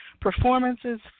performances